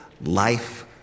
life